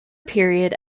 period